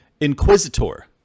inquisitor